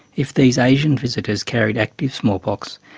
if these asian visitors carried active smallpox,